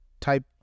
type